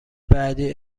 بعدی